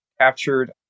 captured